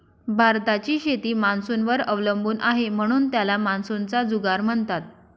भारताची शेती मान्सूनवर अवलंबून आहे, म्हणून त्याला मान्सूनचा जुगार म्हणतात